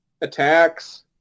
attacks